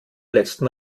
letzten